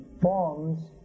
forms